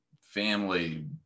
family